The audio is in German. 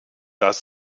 das